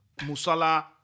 Musala